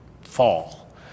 fall